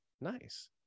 Nice